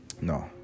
No